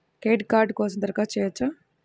Credit card కోసం దరఖాస్తు చేయవచ్చా?